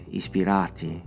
ispirati